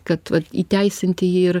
kad vat įteisinti jį ir